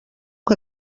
que